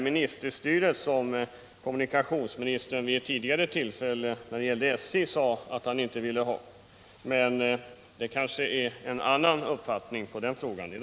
Dessa parkeringsplatser ligger f. ö. inte på några trafikfarliga sträckor.